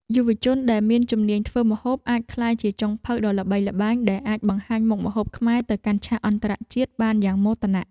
យុវជនដែលមានជំនាញធ្វើម្ហូបអាចក្លាយជាចុងភៅដ៏ល្បីល្បាញដែលអាចបង្ហាញមុខម្ហូបខ្មែរទៅកាន់ឆាកអន្តរជាតិបានយ៉ាងមោទនៈ។